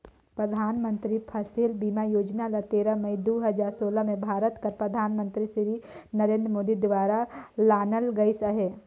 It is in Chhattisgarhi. परधानमंतरी फसिल बीमा योजना ल तेरा मई दू हजार सोला में भारत कर परधानमंतरी सिरी नरेन्द मोदी दुवारा लानल गइस अहे